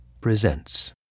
presents